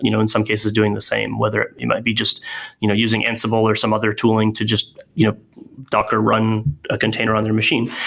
you know in some cases, doing the same whether it might be just you know using ansible or some other tooling to just you know docker run a container on their machine,